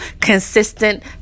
consistent